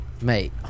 Mate